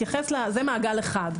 זה מעגל אחד,